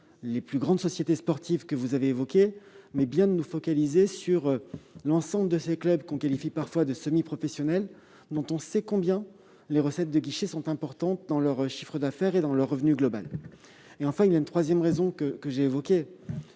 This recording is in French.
les plus grandes sociétés sportives que vous avez évoquées, mais bien de nous focaliser sur l'ensemble des clubs que l'on qualifie parfois de « semi-professionnels »: on sait combien les recettes de guichet sont importantes dans leur chiffre d'affaires et leur revenu global. Enfin, il y a une troisième raison, que j'ai déjà évoquée